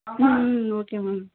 hmm okay ma'am